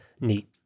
neat